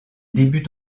débute